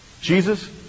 Jesus